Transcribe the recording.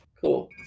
Cool